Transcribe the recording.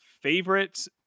favorite